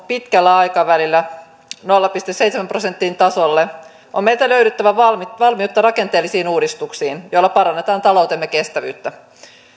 pitkällä aikavälillä nolla pilkku seitsemän prosentin tasolle on meiltä löydyttävä valmiutta valmiutta rakenteellisiin uudistuksiin joilla parannetaan taloutemme kestävyyttä